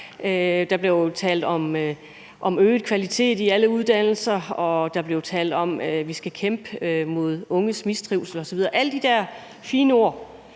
Der blev jo talt om øget kvalitet i alle uddannelser, og der blev talt om, at vi skal bekæmpe unges mistrivsel osv., altså alle de der fine ord.